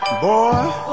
Boy